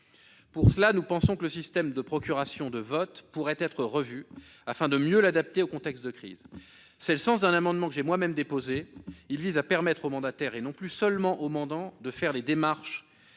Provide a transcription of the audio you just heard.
Pour cela, nous pensons que le système de la procuration de vote pourrait être revu afin de mieux l'adapter aux contextes de crises. Tel est le sens d'un amendement que j'ai déposé : il vise à permettre au mandataire, et non plus seulement au mandant, de faire les démarches